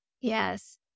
Yes